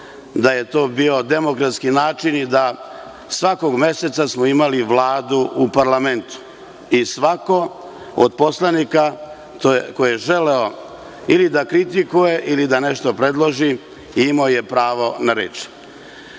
da je to bio demokratski način i da svakog meseca smo imali Vladu u parlamentu i svako od poslanika ko je želeo ili da kritikuje ili da nešto predloži, imao je pravo na reč. Ne